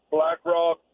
BlackRock